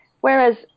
whereas